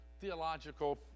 theological